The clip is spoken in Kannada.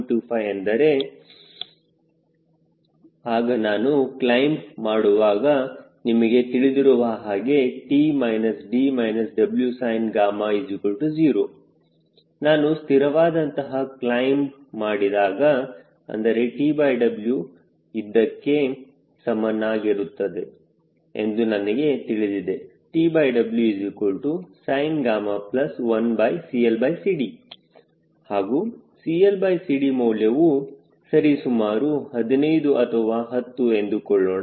25 ಎಂದರೆ ಆಗ ನಾನು ಕ್ಲೈಮ್ ಮಾಡುವಾಗ ನಿಮಗೆ ತಿಳಿದಿರುವ ಹಾಗೆ 𝑇 − 𝐷 − 𝑊𝑠𝑖𝑛𝛾 0 ನಾನು ಸ್ಥಿರ ವಾದಂತಹ ಕ್ಲೈಮ್ ಮಾಡಿದಾಗ ಅಂದರೆ TW ಇದಕ್ಕೆ ಸಮವಾಗಿರುತ್ತದೆ ಎಂದು ನನಗೆ ತಿಳಿದಿದೆ TWsin1CLCD ಹಾಗೂ CLCD ಮೌಲ್ಯವು ಸರಿ ಸುಮಾರು 15 ಅಥವಾ 10 ಎಂದುಕೊಳ್ಳೋಣ